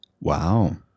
Wow